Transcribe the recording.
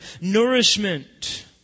nourishment